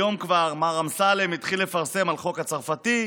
היום כבר מר אמסלם התחיל לפרסם על החוק הצרפתי.